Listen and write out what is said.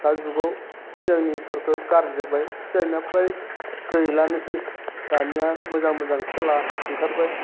दा जुगाव सिगांनिफोरखौ गारजोब्बाय सिगांना फ्राय गैलानोसै दानिया मोजां मोजां खेला ओंखारबाय